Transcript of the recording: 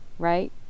right